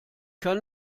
kann